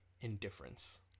indifference